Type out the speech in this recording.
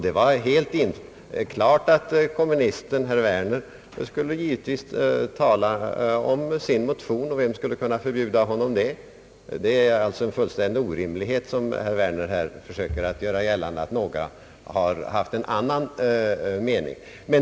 Det var helt klart att kommunisten herr Werner givetvis skulle tala om sin motion, och vem kan förbjuda honom att göra det? Det är alltså en fullständig orimlighet, som herr Werner försöker göra gällande, att någon skulle ha varit av annan mening.